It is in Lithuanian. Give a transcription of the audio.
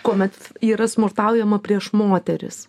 kuomet yra smurtaujama prieš moteris